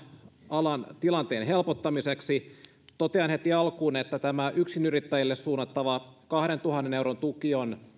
alan tilanteen helpottamiseksi totean heti alkuun että tämä yksinyrittäjille suunnattava kahdentuhannen euron tuki on